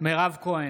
מירב כהן,